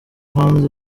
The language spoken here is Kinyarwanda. hanze